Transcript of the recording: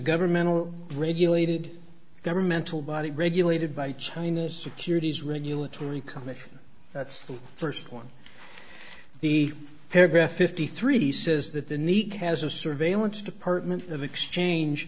governmental regulated governmental body regulated by china's securities regulatory commission that's the first one the paragraph fifty three says that the nikkei has a surveillance department of exchange